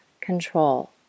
control